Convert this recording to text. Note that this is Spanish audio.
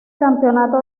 campeonato